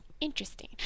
Interesting